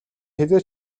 хэзээ